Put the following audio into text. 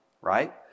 right